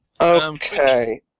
Okay